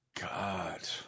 God